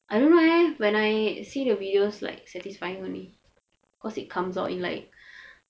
I don't know eh when I see the videos like satisfying only cause it comes out in like